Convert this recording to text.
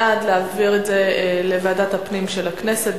בעד, להעביר את זה לוועדת הפנים של הכנסת.